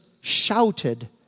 shouted